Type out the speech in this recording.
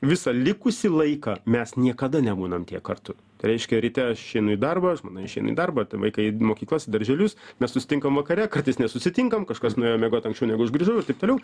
visą likusį laiką mes niekada nebūnam tiek kartu reiškia ryte aš išeinu į darbą žmona išeina į darbą vaikai į mokyklas į darželius mes susitinkam vakare kartais nesusitinkam kažkas nuėjo miegot anksčiau negu aš grįžau ir taip toliau